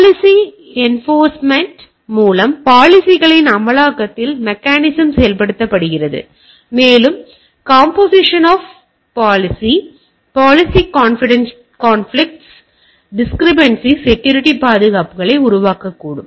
policy enforcement மூலம் பாலிசிகளின் அமலாக்கத்தில் மெக்கானிசம் செயல்படுத்தப்படுகிறது மேலும் composition of policy policy conflicts discrepancies security பாதிப்புகளை உருவாக்கக்கூடும்